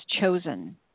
chosen